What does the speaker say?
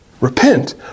Repent